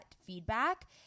feedback